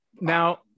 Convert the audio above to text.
Now